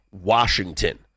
Washington